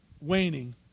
waning